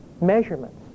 measurements